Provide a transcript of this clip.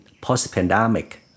post-pandemic